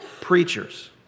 preachers